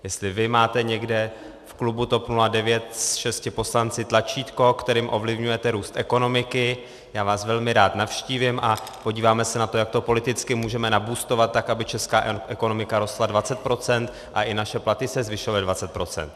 Jestli vy máte někde v klubu TOP 09 se šesti poslanci tlačítko, kterým ovlivňujete růst ekonomiky, já vás velmi rád navštívím a podíváme se na to, jak to politicky můžeme naboostovat tak, aby česká ekonomika rostla 20 % a i naše platy se zvýšily o 20 %.